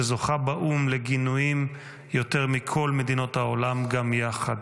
שזוכה באו"ם לגינויים יותר מכל מדינות העולם גם יחד.